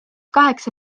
kaheksa